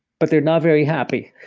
but they're not very happy.